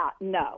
no